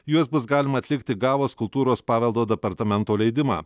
juos bus galima atlikti gavus kultūros paveldo departamento leidimą